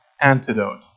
antidote